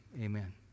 amen